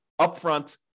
upfront